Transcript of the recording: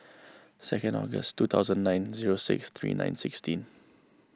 second August two thousand nine zero six three nine sixteen